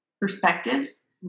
perspectives